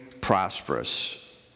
prosperous